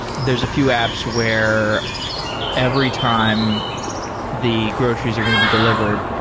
there's a few apps where every time the groceries are going to be delivered,